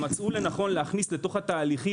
הם מצאו לנכון להכניס אל תוך התהליכים